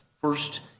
first